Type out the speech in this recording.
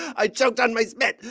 i choked on my spit.